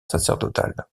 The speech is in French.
sacerdotal